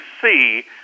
see